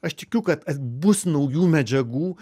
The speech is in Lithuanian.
aš tikiu kad bus naujų medžiagų